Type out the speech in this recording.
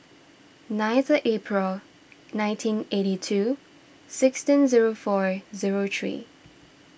ninth April nineteen eighty two sixteen zero four zero three